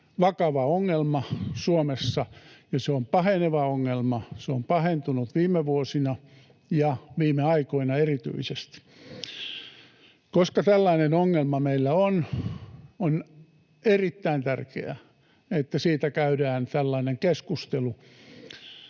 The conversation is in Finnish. vakava ongelma Suomessa ja se on paheneva ongelma, se on pahentunut viime vuosina ja viime aikoina erityisesti. Koska tällainen ongelma meillä on, on erittäin tärkeää, että siitä käydään tällainen keskustelu.